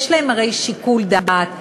יש להם הרי שיקול דעת,